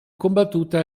combattuta